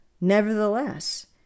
Nevertheless